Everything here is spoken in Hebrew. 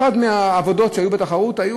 אחת העבודות שהיו בתחרות,